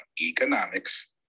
economics